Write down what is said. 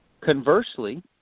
Conversely